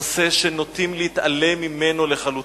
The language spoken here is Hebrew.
נושא שנוטים להתעלם ממנו לחלוטין,